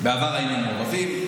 בעבר היינו מעורבים.